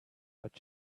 but